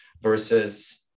versus